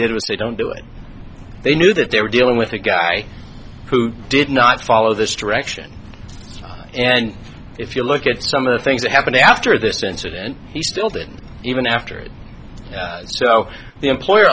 did was say don't do it they knew that they were dealing with a guy who did not follow this direction and if you look at some of the things that happened after this incident he still didn't even after it so the employer